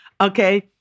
okay